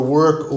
work